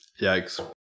Yikes